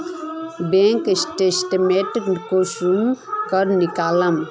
Bank statement कुंसम करे निकलाम?